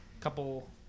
couple